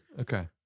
Okay